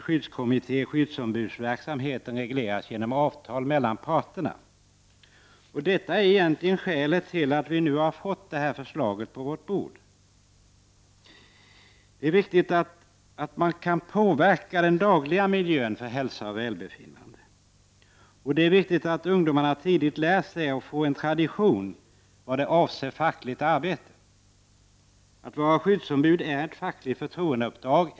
Skyddsombudsoch skyddskommitté verksamhet regleras genom avtal mellan parterna. Det är skälet till att vi nu har fått detta förslag på vårt bord. Det är viktigt för hälsa och välbefinnande att man kan påverka den dagliga miljön. Det är också viktigt att ungdomarna redan tidigt får delta i fackligt arbete och lära sig vad detta innebär, att det skapas en tradition. Att vara skyddsombud är ett fackligt förtroendeuppdrag.